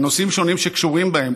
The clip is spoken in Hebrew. ונושאים שונים שקשורים בהם.